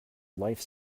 life